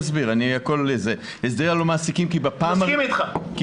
מסכים איתך.